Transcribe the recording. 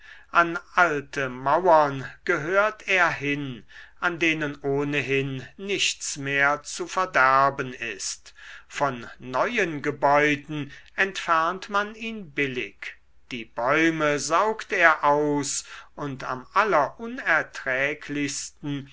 an alte mauern gehört er hin an denen ohnehin nichts mehr zu verderben ist von neuen gebäuden entfernt man ihn billig die bäume saugt er aus und am